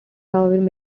however